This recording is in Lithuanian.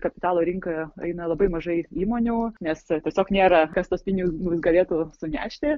kapitalo rinkoje eina labai mažais įmonių nes tiesiog nėra kas tuos pinigus galėtų sunešti